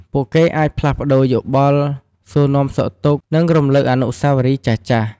ពួកគេអាចផ្លាស់ប្ដូរយោបល់ សួរនាំសុខទុក្ខ និងរំលឹកអនុស្សាវរីយ៍ចាស់ៗ។